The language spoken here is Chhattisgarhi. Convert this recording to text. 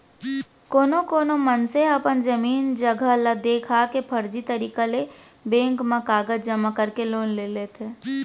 कोनो कोना मनसे ह अपन जमीन जघा ल देखा के फरजी तरीका ले बेंक म कागज जमा करके लोन ले लेथे